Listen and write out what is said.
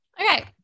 Okay